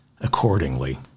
accordingly